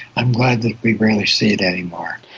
i'm glad that we rarely see it any more.